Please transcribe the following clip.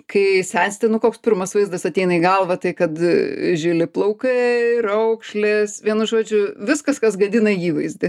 kai sensti nu koks pirmas vaizdas ateina į galvą tai kad žili plaukai raukšlės vienu žodžiu viskas kas gadina įvaizdį